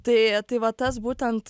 tai tai va tas būtent